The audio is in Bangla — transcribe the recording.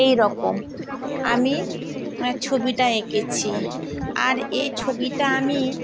এই রকম আমি ছবিটা এঁকেছি আর এই ছবিটা আমি